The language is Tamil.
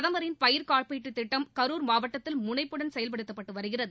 பிரதமரின் பயிர்க்காப்பீட்டுத் திட்டம் கரூர் மாவட்டத்தில் முனைப்புடன் செயல்படுத்தப்பட்டு வருகிறது